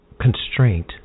constraint